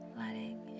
letting